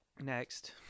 next